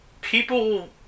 people